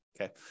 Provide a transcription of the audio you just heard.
okay